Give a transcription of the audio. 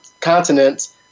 continents